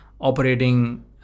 operating